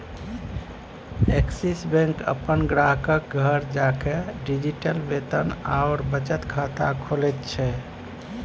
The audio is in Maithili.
एक्सिस बैंक अपन ग्राहकक घर जाकए डिजिटल वेतन आओर बचत खाता खोलैत छै